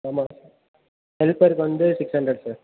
ஆமாம் ஹெல்பருக்கு வந்து சிக்ஸ் ஹண்ட்ரட் சார்